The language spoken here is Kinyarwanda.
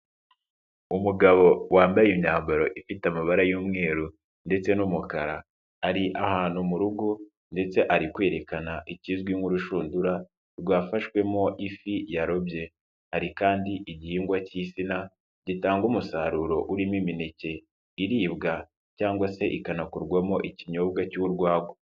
Umugabo wambaye imyambaro ifite amabara y'umweru ndetse n'umukara, ari ahantu mu rugo ndetse ari kwerekana ikizwi nk'urushundura rwafashwemo ifi yarobye, hari kandi igihingwa cy'isina gitanga umusaruro urimo imineke iribwa cyangwa se ikanakorwamo ikinywobwa cy'urwagwa.